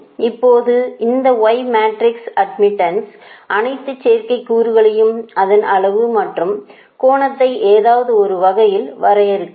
இப்போது இந்த y matrix அட்மிட்டன்ஸின் அனைத்து சேர்க்கை கூறுகளையும் அதன் அளவு மற்றும் கோணத்தை ஏதாவது ஒரு வகையில் வரையறுக்கவும்